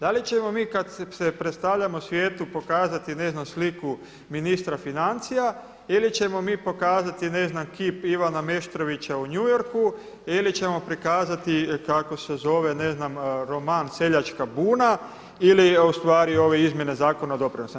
Da li ćemo mi kad se predstavljamo svijetu pokazati ne znam sliku ministra financija ili ćemo mi pokazati ne znam kip Ivana Meštrovića u New Yorku ili ćemo prikazati kako se zove roman „Seljačka buna“ ili ustvari ove izmjene Zakona o doprinosima.